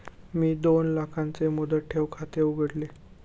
मी दोन लाखांचे मुदत ठेव खाते उघडले